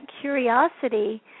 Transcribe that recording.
curiosity